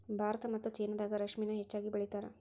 ಭಾರತಾ ಮತ್ತ ಚೇನಾದಾಗ ರೇಶ್ಮಿನ ಹೆಚ್ಚಾಗಿ ಬೆಳಿತಾರ